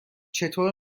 چطور